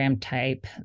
type